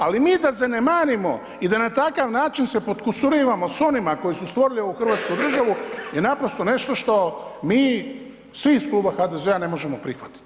Ali mi da zanemarimo i da na takav način se podkusurivamo s onima koji su stvorili ovu Hrvatsku državu je naprosto nešto što mi svi iz kluba HDZ-a ne možemo prihvatiti.